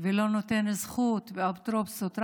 ולא נותן זכות ואפוטרופסות,